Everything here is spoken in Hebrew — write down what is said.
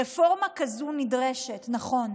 רפורמה כזאת נדרשת, נכון.